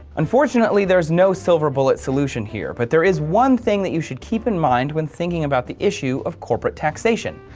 unfortunately, there's no silver bullet solution here. but there is one thing you should keep in mind when thinking about the issue of corporate taxation.